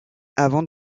avant